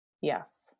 Yes